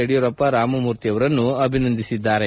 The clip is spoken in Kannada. ಯಡಿಯೂರಪ್ಪ ರಾಮಮೂರ್ತಿಯವರನ್ನು ಅಭಿನಂದಿಸಿದ್ದಾರೆ